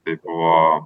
tai buvo